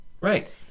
right